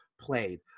played